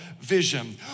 vision